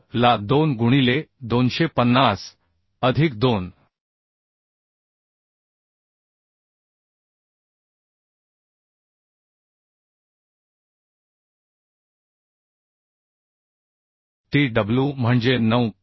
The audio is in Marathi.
तर La 2 गुणिले 250 अधिक 2 t w म्हणजे 9